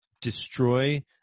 destroy